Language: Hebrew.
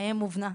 האם ובנה.